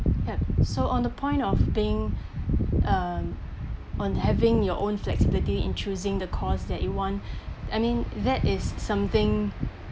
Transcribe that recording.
yup so on the point of being uh on having your own flexibility in choosing the cause that you want I mean that is something